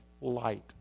light